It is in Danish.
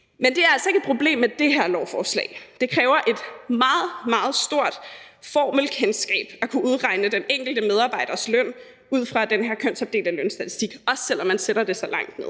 Men det er altså ikke et problem i forbindelse med det her beslutningsforslag. Det kræver et meget, meget stort formelkendskab at kunne udregne den enkelte medarbejders løn ud fra den her kønsopdelte lønstatistik, også selv om man sætter det så langt ned.